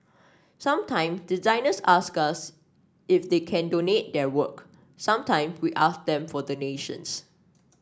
sometime designers ask us if they can donate their work sometime we ask them for donations